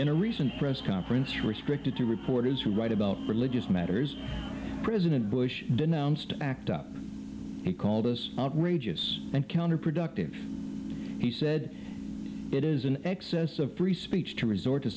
in a recent press conference restricted to reporters who write about religious matters president bush denounced act up he called us outrageous and counterproductive he said it is an excess of three speech to resort to